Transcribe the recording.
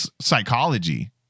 psychology